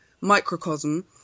microcosm